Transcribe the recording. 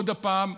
עוד פעם,